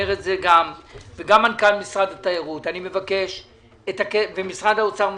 גם מנכ"ל משרד התיירות ומשרד האוצר מסכים.